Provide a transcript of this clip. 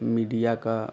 media का